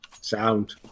Sound